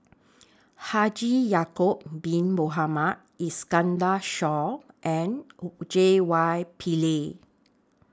Haji Ya'Acob Bin Mohamed Iskandar Shah and J Y Pillay